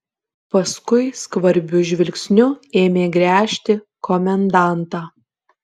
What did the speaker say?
paskui skvarbiu žvilgsniu ėmė gręžti komendantą